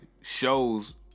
shows